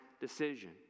decision